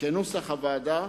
כנוסח הוועדה,